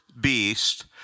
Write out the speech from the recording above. beast